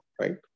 right